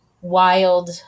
wild